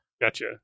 gotcha